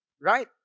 right